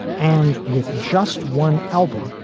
and with just one album,